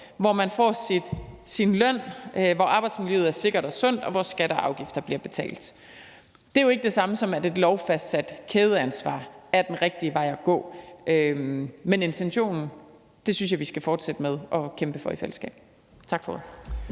hvor man får sin løn, hvor arbejdsmiljøet er sikkert og sundt, og hvor skatter og afgifter bliver betalt. Det er jo ikke det samme som, at et lovfastsat kædeansvar er den rigtige vej at gå, men intentionen synes jeg vi skal fortsætte med at kæmpe for i fællesskab. Tak for ordet.